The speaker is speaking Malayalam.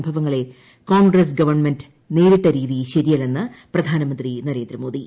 സംഭവങ്ങളെ ക്യോൺഗ്രസ് ഗവൺമെന്റ് നേരിട്ട രീതി ശരിയല്ലെന്ന് പ്രിധ്യാനമന്ത്രി നരേന്ദ്രമോദി